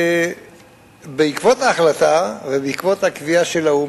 בעקבות ההחלטה ובעקבות הקביעה של האו"ם